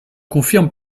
confirme